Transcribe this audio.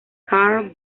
karl